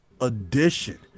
edition